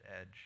edge